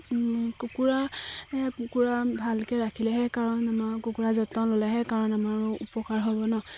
কুকুৰা কুকুৰা ভালকে ৰাখিলেহে কাৰণ আমাৰ কুকুৰাৰ যতন ল'লেহে কাৰণ আমাৰ উপকাৰ হ'ব ন